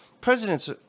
presidents